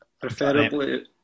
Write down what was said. preferably